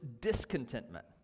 discontentment